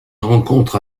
rencontre